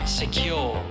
secure